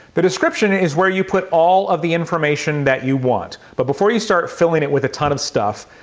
the description is where you put all of the information that you want. but before you start filling it with a ton of stuff,